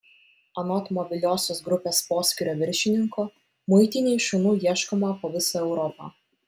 anot mobiliosios grupės poskyrio viršininko muitinei šunų ieškoma po visą europą